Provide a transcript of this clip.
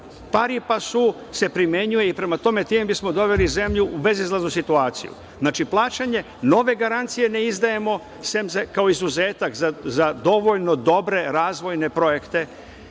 Pari-passu se primenjuje i prema tome, time bismo doveli zemlju u bezizlaznu situaciju. Znači, plaćanje, nove garancije ne izdajemo sem kao izuzetak za dovoljno dobre razvojne projekte.